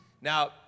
Now